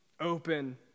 open